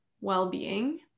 well-being